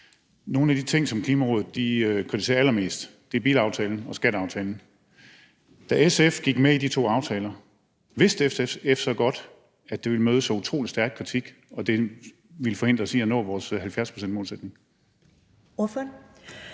Nogle af de ting, som Klimarådet kritiserer allermest, er bilaftalen og skatteaftalen. Vidste SF godt, da SF gik med i de to aftaler, at det ville møde så utrolig stærk kritik, og at det ville forhindre os i at nå vores 70-procentsmålsætning?